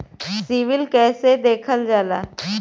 CIBIL कैसे देखल जाला?